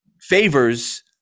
favors